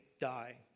die